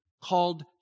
called